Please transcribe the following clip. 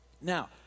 now